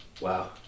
Wow